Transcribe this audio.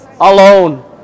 alone